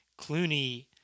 Clooney